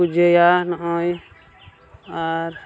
ᱯᱩᱡᱟᱹᱭᱟ ᱱᱚᱜᱼᱚᱭ ᱟᱨ